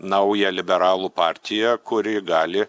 naują liberalų partiją kuri gali